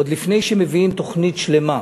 עוד לפני שמביאים תוכנית שלמה,